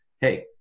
Hey